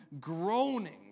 groaning